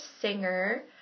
Singer